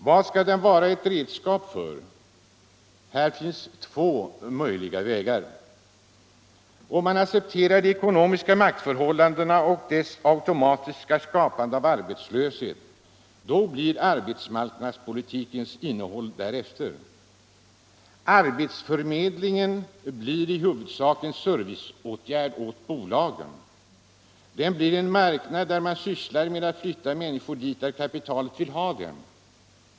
Vad skall den vara ett redskap för? Här finns två möjliga vägar. Om man accepterar de ekonomiska maktförhållandena och deras automatiska skapande av arbetslöshet — då blir arbetsmarknadspolitikens innehåll därefter. Arbetsförmedlingen blir i huvudsak en service åt bolagen. Det blir en marknad där man sysslar med att flytta människor dit kapitalet vill ha dem.